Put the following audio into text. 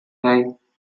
hey